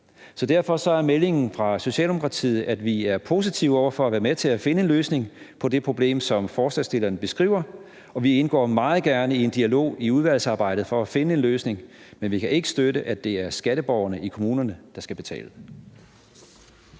Derfor er meldingen fra Socialdemokratiet, at vi er positive over for at være med til at finde en løsning på det problem, som forslagsstillerne beskriver, og vi indgår meget gerne i en dialog i udvalgsarbejdet for at finde en løsning, men vi kan ikke støtte, at det er skatteborgerne i kommunerne, der skal betale.